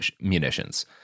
munitions